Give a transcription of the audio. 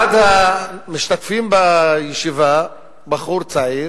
אחד המשתתפים בישיבה, בחור צעיר,